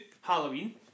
Halloween